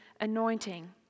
anointing